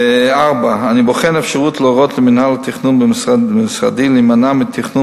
4. אני בוחן אפשרות להורות למינהל התכנון במשרדי להימנע מתכנון